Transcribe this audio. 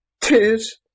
tears